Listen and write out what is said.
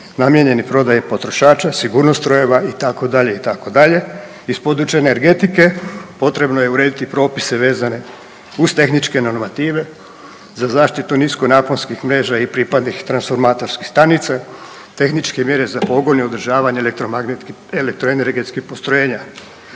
namijenjenih prodaji potrošača, sigurnost strojeva itd., itd. iz područja energetike potrebno je uredite propise vezane uz tehničke normative, za zaštitu nisko napojskih mreža i pripadnih transformatorskih stanica, tehničke mjere za pogon i održavanje elektroenergetskih postrojenja,